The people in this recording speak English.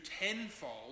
tenfold